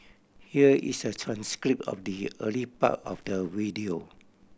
here is a transcript of the early part of the video